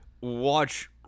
watch